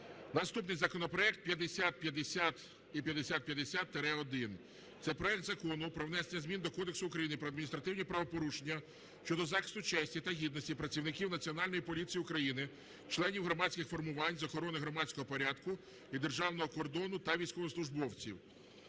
Наступний законопроект 5050 і 5050-1. Це проект Закону про внесення змін до Кодексу України про адміністративні правопорушення щодо захисту честі та гідності працівників Національної поліції України, членів громадських формувань з охорони громадського порядку і державного кордону та військовослужбовців.